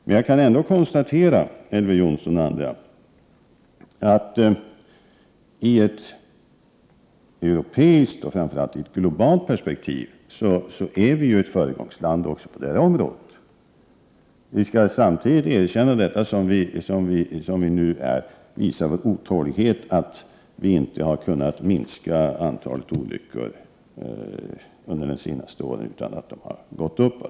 Men jag kan ändå konstatera, Elver Jonsson och andra, att i ett europeiskt och framför allt globalt perspektiv är vi ett föregångsland också på detta område. Vi skall samtidigt erkänna att vi nu visar vår otålighet över att vi inte kunnat minska antalet olyckor under de senaste åren, utan att det har gått upp.